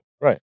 Right